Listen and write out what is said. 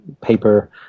paper